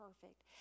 perfect